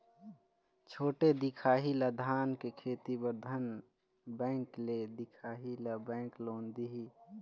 छोटे दिखाही ला धान के खेती बर धन बैंक ले दिखाही ला बैंक लोन दिही?